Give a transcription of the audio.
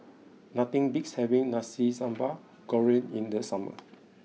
nothing beats having Nasi Sambal Goreng in the summer